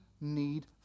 need